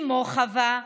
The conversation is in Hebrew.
אימו חוה,